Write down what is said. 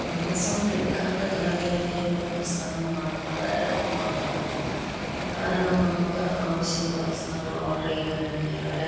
Amazon Flipkart തുടങ്ങിയവയിലൂടെ പുസ്തകം വാങ്ങുന്നത് എളുപ്പമാണ് കാരണം നമുക്ക് ആവശ്യം ഉള്ള പുസ്തകങ്ങൾ ഓർഡർ ചെയ്തു കഴിഞ്ഞാൽ അവര്